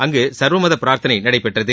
அங்கு சா்வமத பிராா்த்தனை நடைபெற்றது